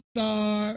Star